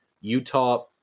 Utah